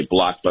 blockbuster